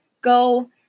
go